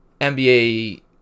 NBA